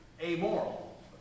amoral